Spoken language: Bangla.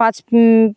পাঁচ